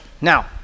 Now